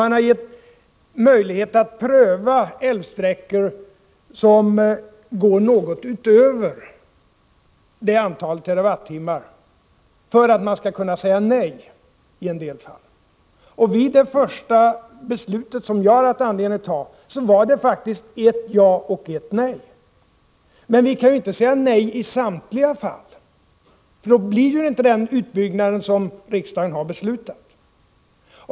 Man har givit möjlighet att pröva älvsträckor som går något utöver det antalet TWh, för att man skall kunna säga nej i en del fall. Vid det första beslut som jag har haft anledning att fatta var det faktiskt ett ja och ett nej. Men vi kan ju inte säga nej i samtliga fall, för då blir det inte en utbyggnad som riksdagen har beslutat.